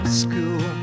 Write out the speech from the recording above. school